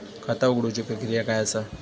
खाता उघडुची प्रक्रिया काय असा?